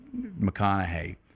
McConaughey